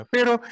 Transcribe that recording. Pero